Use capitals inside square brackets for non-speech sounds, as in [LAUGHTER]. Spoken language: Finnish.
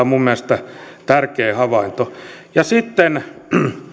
[UNINTELLIGIBLE] minun mielestäni tärkeä havainto sitten